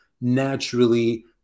naturally